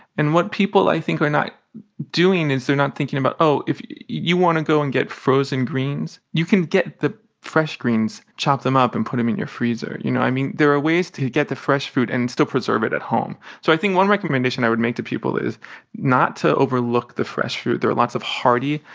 and what people, i think, are not doing is they're not thinking about, oh, if you want to go and get frozen greens, you can get the fresh greens, chop them up and put them in your freezer. you know what i mean? there are ways to get the fresh food and still preserve it at home. so i think one recommendation i would make to people is not to overlook the fresh food. there are lots of hardy,